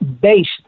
based